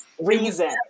reason